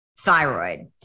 thyroid